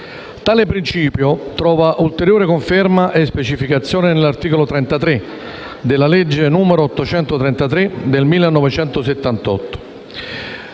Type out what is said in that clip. Tale principio trova ulteriore conferma e specificazione nell'articolo 33 della legge n. 833 del 1978,